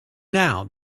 now